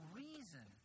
reason